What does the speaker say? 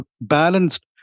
balanced